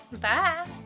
Bye